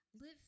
live